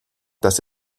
dass